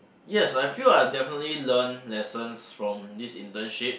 yes I feel like I definitely learn lessons from this internship